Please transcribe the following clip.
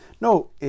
No